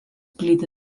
plyti